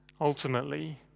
Ultimately